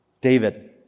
David